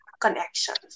connections